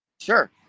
Sure